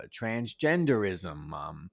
transgenderism